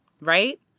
right